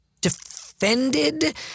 defended